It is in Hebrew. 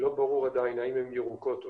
לא ברור עדין האם הן ירוקות,